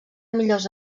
millors